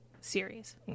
series